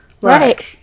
Right